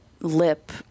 lip